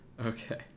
Okay